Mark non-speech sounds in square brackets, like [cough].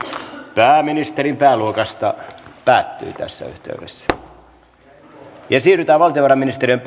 pääministerin pääluokasta päättyy tässä yhteydessä siirrytään valtiovarainministeriön [unintelligible]